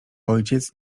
ojciec